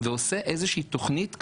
ועושה איזה תוכנית כזאת,